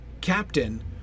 captain